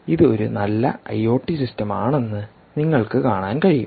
അതിനാൽ ഇത് ഒരു നല്ല ഐഒടി സിസ്റ്റം ആണെന്ന് നിങ്ങൾക്ക് കാണാൻ കഴിയും